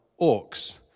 orcs